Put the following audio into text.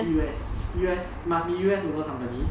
U_S U_S must be U_S local company